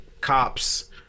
cops